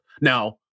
Now